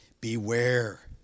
beware